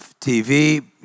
TV